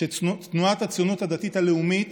שתנועת הציונות הדתית הלאומית